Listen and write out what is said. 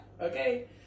okay